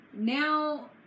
now